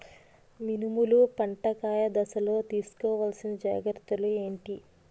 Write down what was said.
మినుములు పంట కాయ దశలో తిస్కోవాలసిన జాగ్రత్తలు ఏంటి?